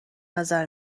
نظر